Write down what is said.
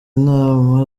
inama